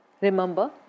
Remember